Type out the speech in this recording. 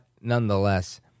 nonetheless